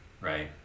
Right